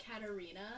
Katarina